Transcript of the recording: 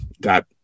got